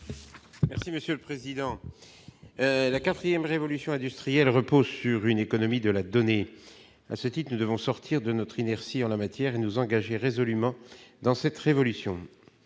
Jean-François Longeot. La quatrième révolution industrielle repose sur une économie de la donnée. Nous devons sortir de notre inertie en la matière et nous engager résolument dans cette révolution.